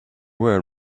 were